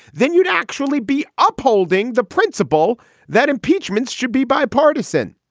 then you'd actually be upholding the principle that impeachment should be bipartisan.